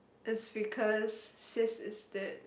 is because sis is dead